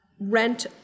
rent